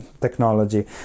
technology